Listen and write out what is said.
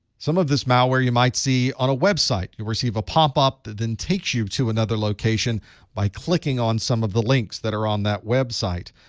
some of this malware you might see on a website. you receive a pop-up that then takes you to another location by clicking on some of the links that are on that website.